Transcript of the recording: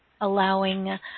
allowing